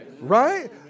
Right